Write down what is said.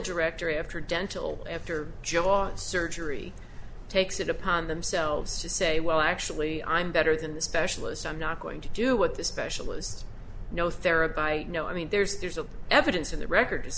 director after dental after job was surgery takes it upon themselves to say well actually i'm better than the specialist i'm not going to do what the specialists no therapy i know i mean there's there's no evidence in the record